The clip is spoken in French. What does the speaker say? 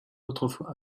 autrefois